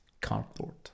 cardboard